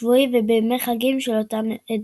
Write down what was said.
השבועי ובימי החגים של אותן עדות.